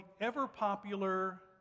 ever-popular